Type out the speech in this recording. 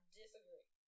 disagree